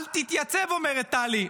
אל תתייצב, אומרת טלי.